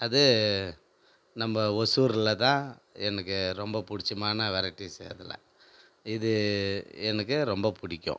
அது நம்ம ஒசூரில் தான் எனக்கு ரொம்ப பிடிச்சமான வெரைட்டீஸ் அதில் இது எனக்கு ரொம்ப பிடிக்கும்